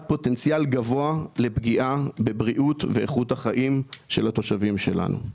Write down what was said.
פוטנציאל גבוה לפגיעה בבריאות ואיכות החיים של התושבים שלנו.